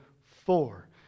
four